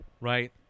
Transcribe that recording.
Right